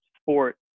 sport